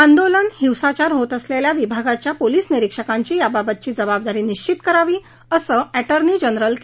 आंदोलन हिंसाचार होत असलेल्या विभागाच्या पोलीस निरिक्षकांची याबाबत जबाबदारी निश्वित करावी असं अर्टर्ञी जनरल के